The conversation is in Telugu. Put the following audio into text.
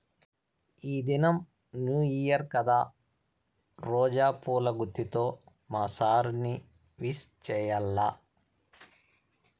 ఈ దినం న్యూ ఇయర్ కదా రోజా పూల గుత్తితో మా సార్ ని విష్ చెయ్యాల్ల